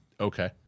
Okay